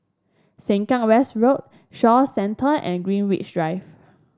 Sengkang West Road Shaw Centre and Greenwich Drive